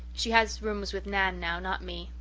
she has rooms with nan now, not me,